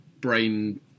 brain